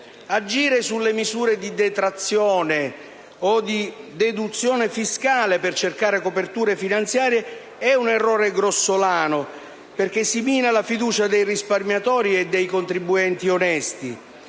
Agire sulle misure di detrazione o di deduzione fiscale per cercare coperture finanziarie è un errore grossolano perché si mina la fiducia dei risparmiatori e dei contribuenti onesti.